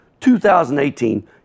2018